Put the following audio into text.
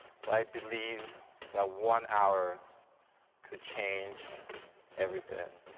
so i believe that one hour could change everything,